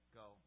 go